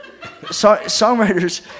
Songwriters